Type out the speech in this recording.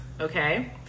Okay